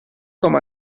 com